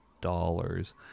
dollars